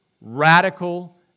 radical